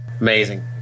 Amazing